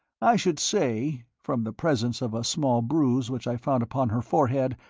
i should say, from the presence of a small bruise which i found upon her forehead,